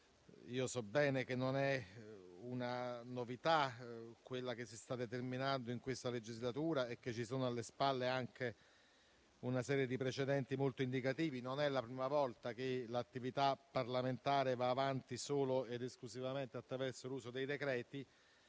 So bene che quella che si sta determinando in questa legislatura non è una novità e che ci sono alle spalle anche una serie di precedenti molto indicativi. Non è la prima volta che l'attività parlamentare va avanti solo ed esclusivamente attraverso l'uso dei decreti-legge,